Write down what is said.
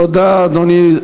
תודה, אדוני.